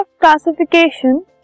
classification